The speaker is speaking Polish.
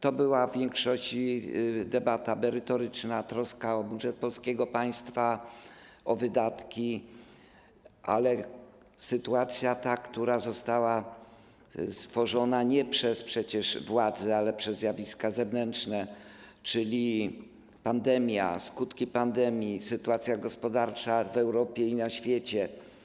To była w większości debata merytoryczna, troska o budżet polskiego państwa, o wydatki, ale sytuacja została stworzona przecież nie przez władze, ale przez zjawiska zewnętrzne, takie jak pandemia, skutki pandemii, sytuacja gospodarcza w Europie i na świecie.